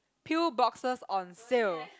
pill boxes on sale